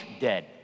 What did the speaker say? dead